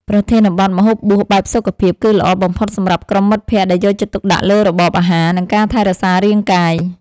ប្រធានបទ ម្ហូបបួសបែបសុខភាព គឺល្អបំផុតសម្រាប់ក្រុមមិត្តភក្តិដែលយកចិត្តទុកដាក់លើរបបអាហារ និងការថែរក្សារាងកាយ។